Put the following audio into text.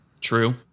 True